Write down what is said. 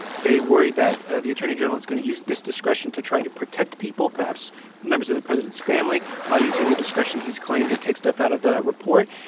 they worry that the attorney general is going to use this discretion to try to protect people, perhaps members of the president's family, by using the discretion he's claimed to take stuff out of the report.